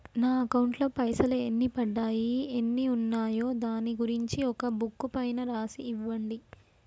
నా అకౌంట్ లో పైసలు ఎన్ని పడ్డాయి ఎన్ని ఉన్నాయో దాని గురించి ఒక బుక్కు పైన రాసి ఇవ్వండి?